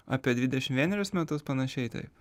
apie dvidešim vienerius metus panašiai taip